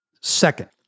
Second